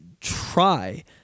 try